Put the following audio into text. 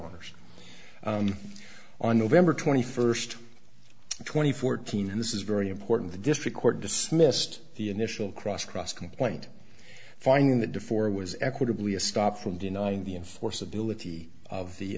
honour's on november twenty first twenty fourteen and this is very important the district court dismissed the initial cross cross complaint finding that before it was equitably a stop from denying the enforceability of the